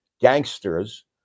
gangsters